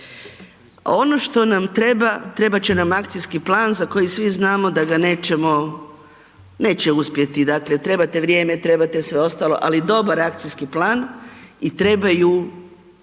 Ono što na treba, trebat će nam akcijski plan za koji svi znamo da ga nećemo, neće uspjeti, dakle trebate vrijeme, trebate sve ostalo, ali dobar akcijski plan i trebaju